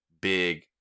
big –